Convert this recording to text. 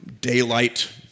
daylight